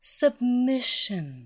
submission